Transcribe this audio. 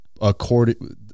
according